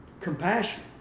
Compassion